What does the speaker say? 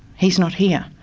he's not here,